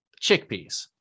Chickpeas